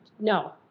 No